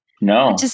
No